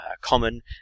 common